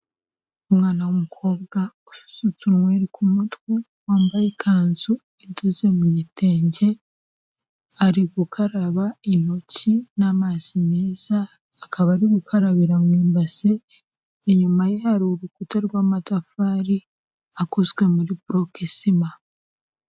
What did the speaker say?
Umwana w'umukobwa usutse nwere ku mutwe wambaye ikanzu idoze mu gitenge, ari gukaraba intoki n'amazi meza akaba ari gukarabira mu imbasi, inyuma ye hari urukuta rw'amatafari akozwe muri burokesima.